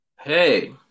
Hey